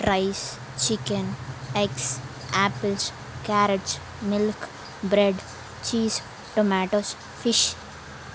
rice chicken eggs apples carrots milk bread cheese tomatoes fish